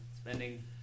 spending